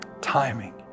timing